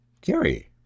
Gary